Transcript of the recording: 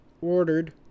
ordered